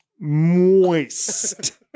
moist